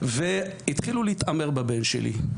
והתחילו להתעמר בבן שלי.